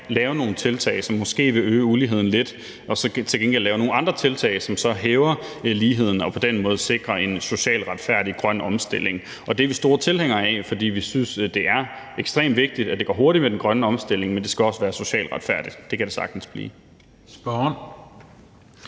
lave nogle tiltag, som måske vil øge uligheden lidt, og så til gengæld lave nogle andre tiltag, som så hæver ligheden og på den måde sikrer en socialt retfærdig grøn omstilling, og det er vi store tilhængere af, fordi vi synes, det er ekstremt vigtigt, at det går hurtigt med den grønne omstilling, men det skal også være socialt retfærdigt. Og det kan det sagtens blive. Kl.